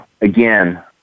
again